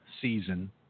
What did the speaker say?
season